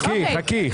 חכי.